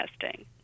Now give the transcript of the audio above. testing